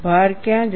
ભાર ક્યાં જશે